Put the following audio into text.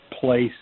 place